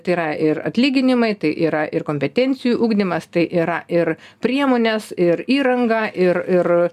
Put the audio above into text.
tai yra ir atlyginimai tai yra ir kompetencijų ugdymas tai yra ir priemonės ir įranga ir ir